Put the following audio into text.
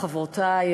חברותי,